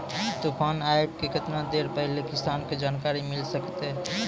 तूफान आबय के केतना देर पहिले किसान के जानकारी मिले सकते?